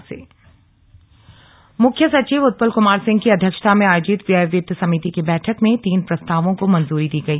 CS बैठक मुख्य सचिव उत्पल कुमार सिंह की अध्यक्षता में आयोजित व्यय वित्त समिति की बैठक में तीन प्रस्तावों को मंजूरी दी गई